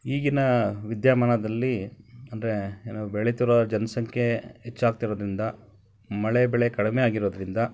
ಈಗಿನ ವಿದ್ಯಮಾನದಲ್ಲಿ ಅಂದರೆ ಏನು ಬೆಳೀತಿರೋ ಜನಸಂಖ್ಯೆ ಹೆಚ್ಚಾಗ್ತಿರೋದ್ರಿಂದ ಮಳೆ ಬೆಳೆ ಕಡಿಮೆ ಆಗಿರೋದರಿಂದ